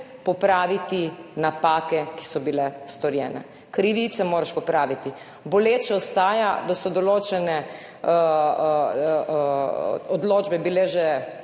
popraviti napake, ki so bile storjene. Krivice moraš praviti. Boleče ostaja, da so bile že določene odločbe, pa ne